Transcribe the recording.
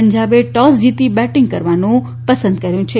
પંજાબે toss જીતી batting કરવાનું પસંદ કર્યુ છે